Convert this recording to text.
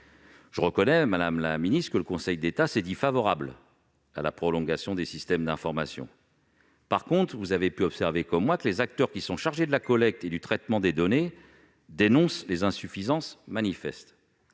Je reconnais que le Conseil d'État s'est dit favorable à la prolongation des systèmes d'information ; en revanche, vous avez pu observer comme moi que les acteurs chargés de la collecte et du traitement des données dénoncent des insuffisances manifestes.